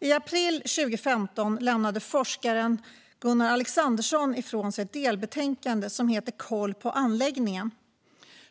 I april 2015 lämnade forskaren Gunnar Alexandersson ifrån sig ett delbetänkande som heter Koll på anläggningen .